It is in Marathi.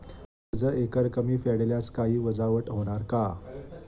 कर्ज एकरकमी फेडल्यास काही वजावट होणार का?